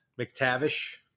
McTavish